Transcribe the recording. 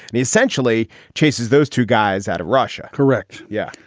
and he essentially chases those two guys out of russia correct. yeah.